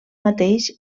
mateix